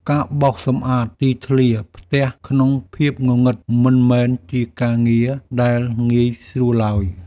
ការបោសសម្អាតទីធ្លាផ្ទះក្នុងភាពងងឹត មិនមែនជាការងារដែលងាយស្រួលឡើយ។